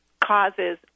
causes